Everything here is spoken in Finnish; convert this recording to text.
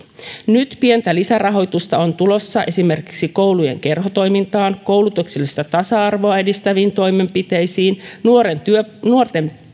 nyt pientä lisärahoitusta on tulossa esimerkiksi koulujen kerhotoimintaan koulutuksellista tasa arvoa edistäviin toimenpiteisiin nuorten